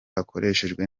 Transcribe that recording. akoreshejwe